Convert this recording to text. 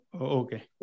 Okay